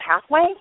pathway